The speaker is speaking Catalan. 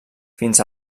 fins